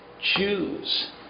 Choose